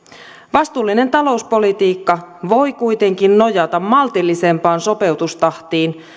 vastuullinen talouspolitiikka voi kuitenkin nojata maltillisempaan sopeutustahtiin